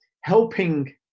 Helping